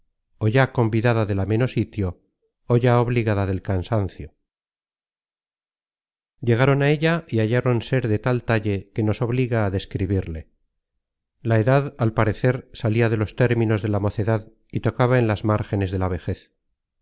pradecillo ó ya convidada del ameno sitio ó ya obligada del cansancio llegaron a ella y hallaron ser de tal talle que nos obliga a describirle la edad al parecer salia de los términos de la mocedad y tocaba en las márgenes de la vejez